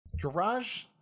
Garage